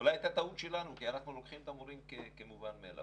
אולי הייתה טעות שלנו כי אנחנו לוקחים את המורים כמובן מאליו.